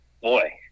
boy